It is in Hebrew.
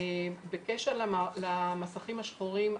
בקשר למסכים השחורים,